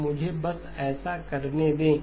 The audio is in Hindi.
तो मुझे बस ऐसा करने दें